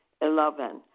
Eleven